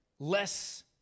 less